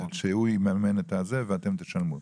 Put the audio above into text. שהוא יממן את זה ואתם תשלמו.